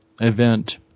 event